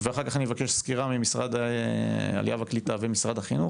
ואחר כך אני אבקש סקירה ממשרד העלייה והקליטה ומשרד החינוך,